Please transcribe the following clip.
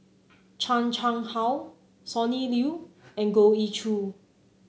Chan Chang How Sonny Liew and Goh Ee Choo